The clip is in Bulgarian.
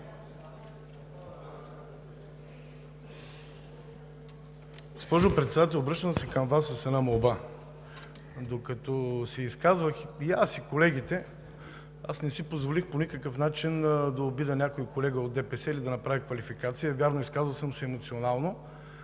Госпожо Председател, обръщам се към Вас с една молба. Докато се изказвах и аз, и колегите, не си позволих по никакъв начин да обидя някой колега от ДПС или да направя квалификация. Вярно, изказвах се емоционално,